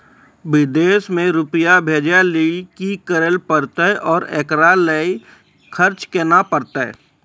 विदेश मे रुपिया भेजैय लेल कि करे परतै और एकरा लेल खर्च केना परतै?